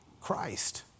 Christ